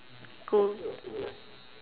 cool